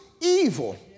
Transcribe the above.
evil